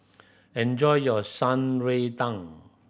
enjoy your Shan Rui Tang